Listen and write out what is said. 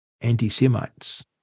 anti-Semites